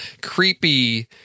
creepy